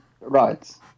Right